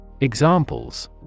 Examples